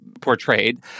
portrayed